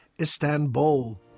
Istanbul